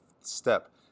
step